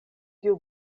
kiu